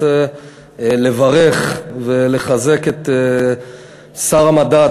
אני רוצה לברך ולחזק את שר המדע,